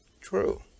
true